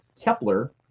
kepler